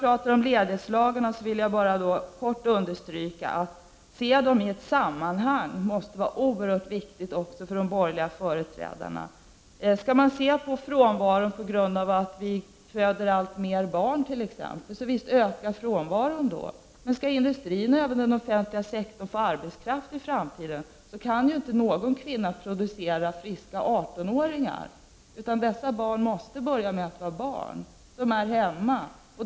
På tal om ledighetslagarna vill jag i all korthet understryka att det måste vara oerhört viktigt även för de borgerliga representanterna att se det hela i ett sammanhang. Ser man på frånvaron ur t.ex. aspekten att det föds alltmer barn, kan man givetvis konstatera att frånvaron ökar. Men skall industrin och även den offentliga sektorn få arbetskraft i framtiden, måste man räkna med att ingen kvinna kan producera friska 18-åringar. Dessa måste börja med att vara barn som är hemma.